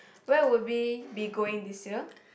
where would we be going this year